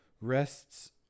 rests